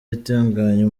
itunganya